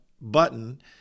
button